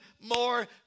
more